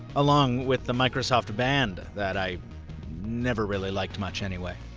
along with the microsoft band that i never really liked much anyway.